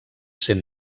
cent